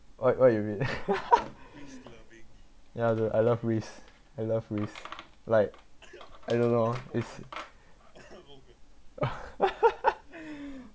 what what you mean yeah dude I love risk I love risk like I don't know if